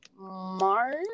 March